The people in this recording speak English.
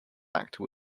actor